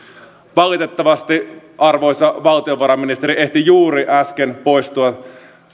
valitettavasti arvoisa valtiovarainministeri ehti juuri äsken poistua